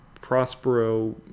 Prospero